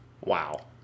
Wow